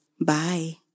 Bye